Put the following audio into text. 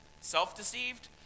Self-deceived